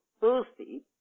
thirsty